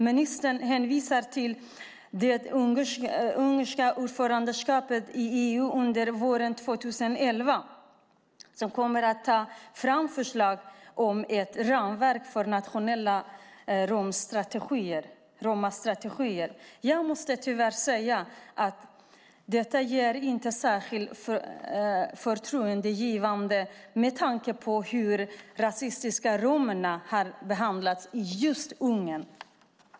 Ministern hänvisar till det ungerska ordförandeskapet i EU under våren 2011 som kommer att ta fram förslag till ett ramverk för nationella romastrategier. Jag måste tyvärr säga att detta inte är särskilt förtroendeingivande med tanke på hur rasistiskt romerna har behandlats i just Ungern.